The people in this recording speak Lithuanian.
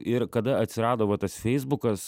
ir kada atsirado va tas feisbukas